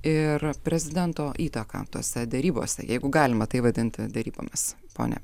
ir prezidento įtaką tose derybose jeigu galima tai vadinti derybomis ponia